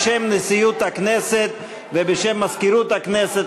בשם נשיאות הכנסת ובשם מזכירות הכנסת,